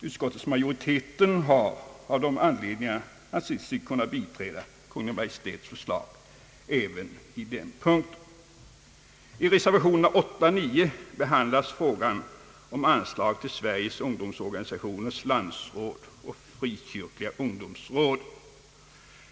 Utskottsmajoriteten har av dessa anledningar ansett sig kunna biträda Kungl. Maj:ts förslag även i denna punkt. I reservationerna 8 och 9 behandlas frågan om anslag till Sveriges ungdomsorganisationers landsråd och Frikyrkliga ungdomsrådet.